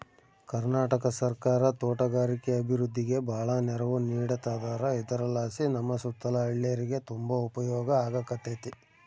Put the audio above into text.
ಕರ್ನಾಟಕ ಸರ್ಕಾರ ತೋಟಗಾರಿಕೆ ಅಭಿವೃದ್ಧಿಗೆ ಬಾಳ ನೆರವು ನೀಡತದಾರ ಇದರಲಾಸಿ ನಮ್ಮ ಸುತ್ತಲ ಹಳ್ಳೇರಿಗೆ ತುಂಬಾ ಉಪಯೋಗ ಆಗಕತ್ತತೆ